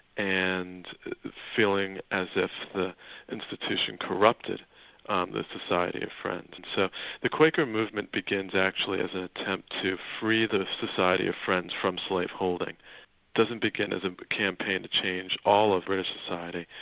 and feeling as if the institution corrupted um the society of friends. so the quaker movement begins actually as an attempt to free the society of friends from slave-holding, it doesn't begin as a campaign to change all of british society,